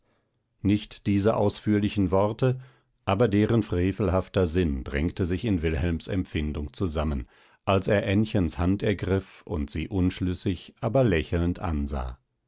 nicht diese ausführlichen worte aber deren frevelhafter sinn drängte sich in wilhelms empfindung zusammen als er ännchens hand ergriff und sie unschlüssig aber lächelnd ansah